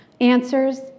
answers